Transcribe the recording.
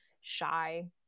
shy